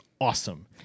awesome